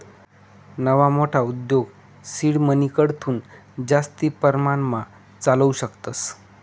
नवा मोठा उद्योग सीड मनीकडथून जास्ती परमाणमा चालावू शकतस